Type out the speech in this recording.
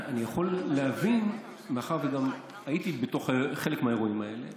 אני יכול להבין, מאחר שהייתי בחלק מהאירועים האלה,